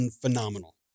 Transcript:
phenomenal